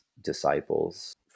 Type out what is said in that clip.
disciples